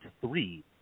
Three